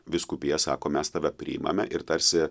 vyskupija sako mes tave priimame ir tarsi